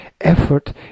effort